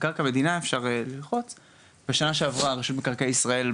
בקרקע מדינה בשנה שעברה רשות